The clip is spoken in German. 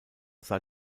sah